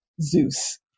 Zeus